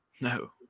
No